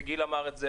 וגיל אמר את זה,